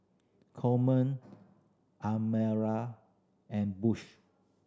Coleman Amira and Bush